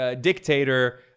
dictator